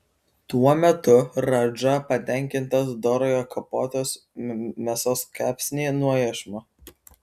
tuo metu radža patenkintas dorojo kapotos mėsos kepsnį nuo iešmo